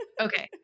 Okay